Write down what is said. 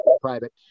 private